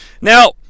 Now